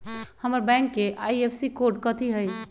हमर बैंक के IFSC code कथि हई?